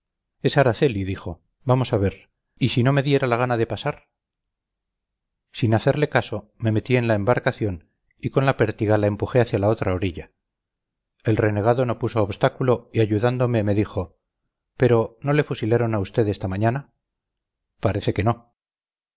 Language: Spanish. es araceli dijo vamos a ver y si no me diera la gana de pasar sin hacerle caso me metí en la embarcación y con la pértiga la empujé hacia la otra orilla el renegado no puso obstáculo y ayudándome me dijo pero no le fusilaron a usted esta mañana parece que no